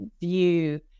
view